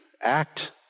act